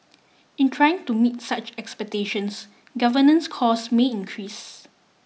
in trying to meet such expectations governance costs may increase